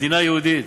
מדינה יהודית.